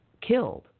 killed